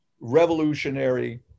revolutionary